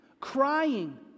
crying